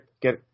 get